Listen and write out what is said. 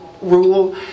rule